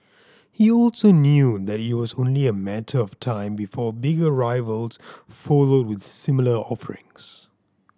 he also knew that it was only a matter of time before bigger rivals followed with similar offerings